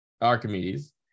Archimedes